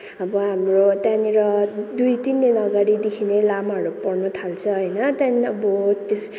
अब हाम्रो त्यहाँनिर दुई तिन महिना अगाडिदेखि नै लामाहरू पढाउनु थाल्छ होइन त्यहाँदेखि अब त्यस